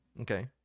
Okay